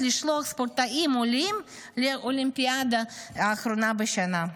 לשלוח ספורטאים עולים לאולימפיאדה האחרונה השנה.